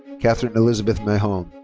katherine elizabeth mahon. um